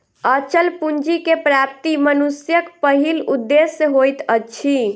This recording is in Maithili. अचल पूंजी के प्राप्ति मनुष्यक पहिल उदेश्य होइत अछि